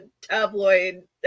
tabloid